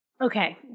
Okay